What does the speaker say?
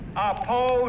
oppose